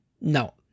no